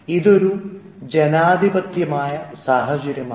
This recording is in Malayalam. ഇത് ഒരു ജനാധിപത്യപരമായ സാഹചര്യമാണ്